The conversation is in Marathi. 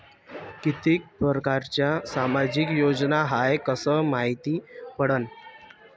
कितीक परकारच्या सामाजिक योजना हाय कस मायती पडन?